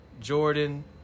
Jordan